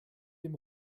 dem